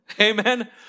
Amen